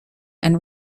and